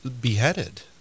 beheaded